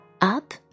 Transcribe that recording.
Up